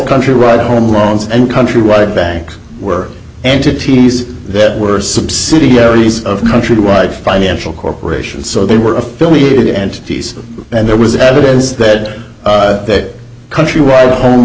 country right home loans and countrywide bank were entities that were subsidiaries of countrywide financial corporation so they were affiliated entities and there was evidence that that countrywide home